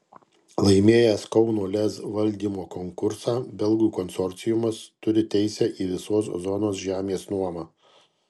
laimėjęs kauno lez valdymo konkursą belgų konsorciumas turi teisę į visos zonos žemės nuomą